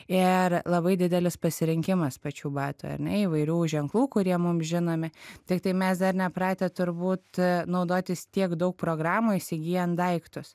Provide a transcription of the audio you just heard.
ir labai didelis pasirinkimas pačių batų ar ne įvairių ženklų kurie mum žinomi tiktai mes dar nepratę turbūt naudotis tiek daug programų įsigyjant daiktus